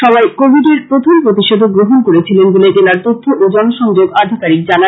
সবাই কোবিডের প্রথম প্রতিষেধক গ্রহন করে ছিলেন বলে জেলার তথ্য ও জনসংযোগ আধিকারিক জানান